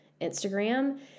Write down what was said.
Instagram